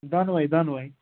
دۄنوٕے دۅنوٕے